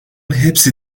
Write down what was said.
hepsi